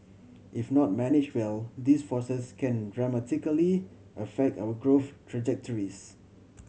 if not manage well these forces can dramatically affect our growth trajectories